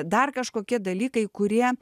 dar kažkokie dalykai kurie